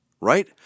right